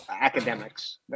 academics